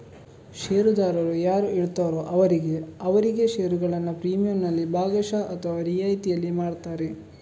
ಷೇರುದಾರರು ಯಾರು ಇರ್ತಾರೋ ಅವರಿಗೆ ಅವರಿಗೆ ಷೇರುಗಳನ್ನ ಪ್ರೀಮಿಯಂನಲ್ಲಿ ಭಾಗಶಃ ಅಥವಾ ರಿಯಾಯಿತಿನಲ್ಲಿ ಮಾರ್ತಾರೆ